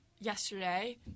Yesterday